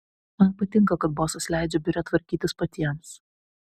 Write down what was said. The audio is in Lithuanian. man patinka kad bosas leidžia biure tvarkytis patiems